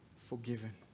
forgiven